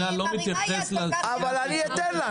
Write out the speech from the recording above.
אני מרימה יד כל כך יפה --- אני אתן לך,